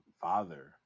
Father